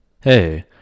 Hey